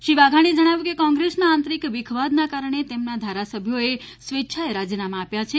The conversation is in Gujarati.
શ્રી વાઘાણીએ જણાવ્યુ કે કોગ્રેસના આંતરિક વિખવાદના કારણે તેમના ધારાસભ્યોએ સ્વેચ્છાએ રાજીનામા આપ્યા છે